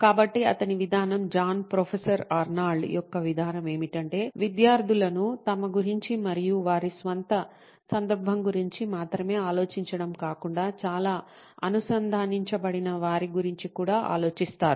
కాబట్టి అతని విధానం జాన్ ప్రొఫెసర్ ఆర్నాల్డ్John Professor Arnold's యొక్క విధానం ఏమిటంటే విద్యార్థులను తమ గురించి మరియు వారి స్వంత సందర్భం గురించి మాత్రమే ఆలోచించడం కాకుండా చాలా అనుసంధానించబడిన వారి గురించి కూడా ఆలోచిస్తారు